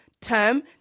Term